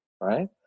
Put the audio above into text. Right